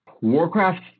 Warcraft